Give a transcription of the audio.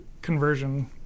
conversion